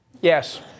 Yes